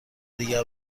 دیگر